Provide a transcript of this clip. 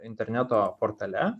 interneto portale